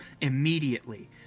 immediately